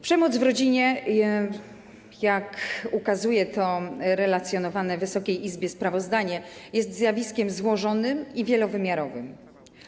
Przemoc w rodzinie, jak ukazuje to przedstawiane Wysokiej Izbie sprawozdanie, jest zjawiskiem złożonym i wielowymiarowym.